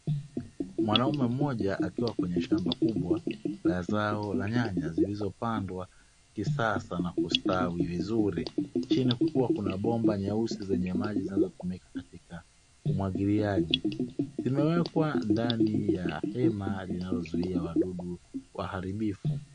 Mwanaume mmoja akiwa kwenye shamba kubwa la zao nyanya zilizo pandwa kisasa na kustawi vizuri, chini kukiwa na bomba nyeusi zenye maji zinazotumika katika umwagiliaji zimewekwa ndani ya hema linalozuia wadudu waharibifu.